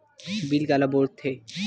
Bill काला बोल थे?